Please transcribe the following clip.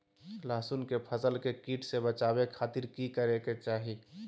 लहसुन के फसल के कीट से बचावे खातिर की करे के चाही?